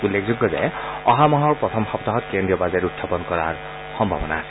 উল্লেখযোগ্য যে অহা মাহৰ প্ৰথম সপ্তাহত কেন্দ্ৰীয় বাজেট উখাপন কৰাৰ সম্ভাৱনা আছে